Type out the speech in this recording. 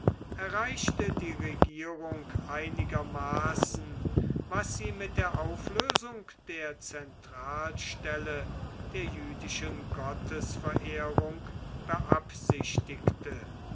erreichte die regierung einigermaßen was sie mit der auflösung der zentralstelle der jüdischen gottesverehrung beabsichtigte